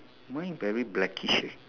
mine very blackish eh